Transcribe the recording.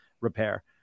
repair